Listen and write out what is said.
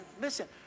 Listen